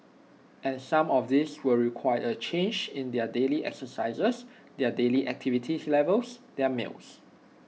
and some of these will require A change in their daily exercises their daily activities levels their meals